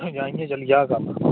जां इ'यां चली जाह्ग कम्म